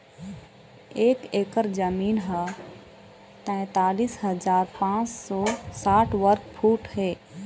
एक एकर जमीन ह तैंतालिस हजार पांच सौ साठ वर्ग फुट हे